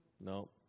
No